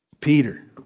Peter